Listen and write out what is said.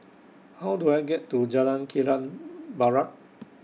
How Do I get to Jalan Kilang Barat